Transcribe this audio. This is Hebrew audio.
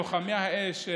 לוחמי האש,